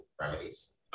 remedies